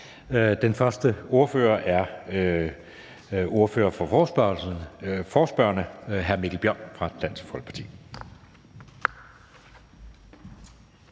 Den første ordfører er ordføreren for forespørgerne, hr. Mikkel Bjørn fra Dansk Folkeparti.